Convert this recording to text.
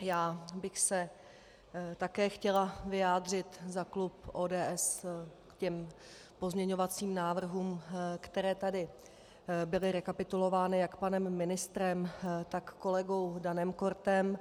Já bych se také chtěla vyjádřit za klub ODS k pozměňovacím návrhům, které tady byly rekapitulovány jak panem ministrem, tak kolegou Danem Kortem.